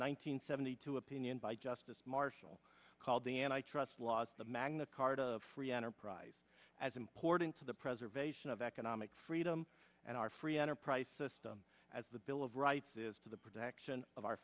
hundred seventy two opinion by justice marshall called the antitrust laws the magna carta free enterprise as important to the preservation of economic freedom and our free enterprise system as the bill of rights is to the protection of our